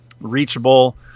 reachable